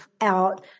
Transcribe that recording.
out